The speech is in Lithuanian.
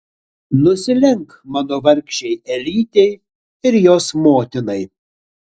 nusilenk mano vargšei elytei ir jos motinai